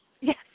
Yes